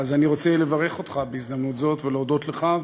אז אני רוצה לברך אותך בהזדמנות זו, ולהודות לך,